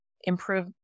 improve